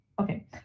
okay